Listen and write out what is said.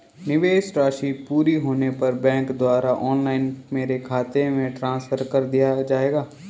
निवेश राशि पूरी होने पर बैंक द्वारा ऑनलाइन मेरे खाते में ट्रांसफर कर दिया जाएगा?